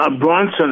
Bronson